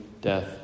death